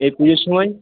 এই পুজোর সময়